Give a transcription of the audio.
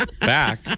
Back